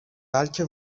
بلکه